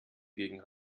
gegen